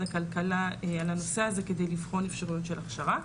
הכלכלה על הנושא הזה כדי לבחון אפשרויות של הכשרה.